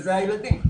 שזה הילדים.